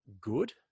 good